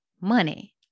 money